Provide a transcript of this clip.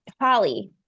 Holly